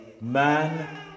man